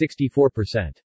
64%